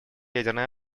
ядерное